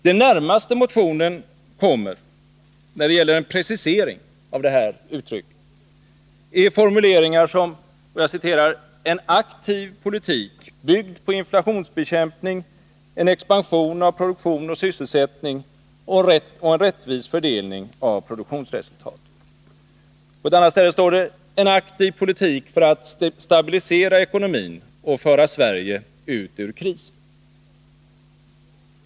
Det närmaste motionen kommer en precisering är formuleringar som ”en aktiv politik byggd på inflationsbekämpning, en expansion av produktion och sysselsättning och en rättvis fördelning av produktionsresultatet”. På ett annat ställe talas det om ”en aktiv politik för att stabilisera ekonomin och föra Sverige ut ur krisen”.